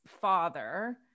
father